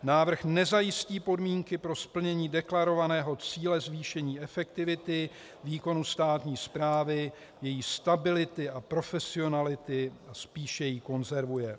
Návrh nezajistí podmínky pro splnění deklarovaného cíle zvýšení efektivity výkonu státní správy, její stability a profesionality, spíše ji konzervuje.